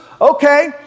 okay